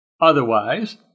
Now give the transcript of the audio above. Otherwise